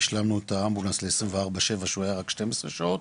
השלמנו את האמבולנס ל- 24/7 שהוא היה רק 12 שעות,